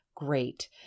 Great